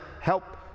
help